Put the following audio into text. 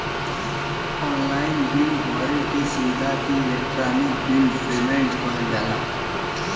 online bill भरे क सुविधा के इलेक्ट्रानिक बिल पेमेन्ट कहल जाला